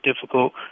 difficult